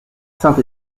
saint